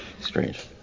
strange